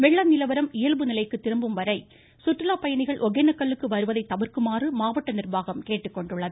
வெள்ள நிலவரம் இயல்பு நிலைக்கு திரும்பும்வரை சுற்றுலா பயணிகள் ஒகேனக்கலுக்கு வருவதை தவிர்க்குமாறு மாவட்ட நிர்வாகம் கேட்டுக்கொண்டுள்ளது